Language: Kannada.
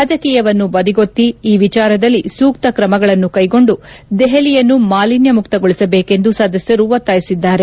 ರಾಜಕೀಯವನ್ನು ಬದಿಗೊತ್ತಿ ಈ ವಿಚಾರದಲ್ಲಿ ಸೂಕ್ತ ಕ್ರಮಗಳನ್ನು ಕೈಗೊಂಡು ದೆಹಲಿಯನ್ನು ಮಾಲಿನ್ಡಮುಕ್ತಗೊಳಿಸಬೇಕೆಂದು ಸದಸ್ಡರು ಒತ್ತಾಯಿಸಿದ್ದಾರೆ